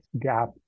gap